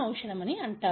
షధం అంటారు